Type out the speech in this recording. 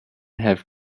have